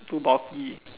too bulky